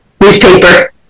newspaper